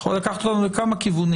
העניין הזה יכול לקחת אותנו לכמה כיוונים.